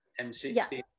M60